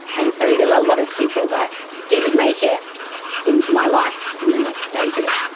and so there are a lot of people that didn't make it into my life in the next stage of it.